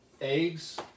eggs